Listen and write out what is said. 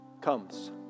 comes